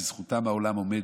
בזכותם העולם עומד.